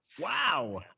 Wow